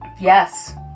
Yes